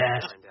Yes